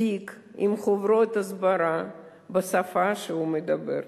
תיק עם חוברות הסברה בשפה שהוא מדבר.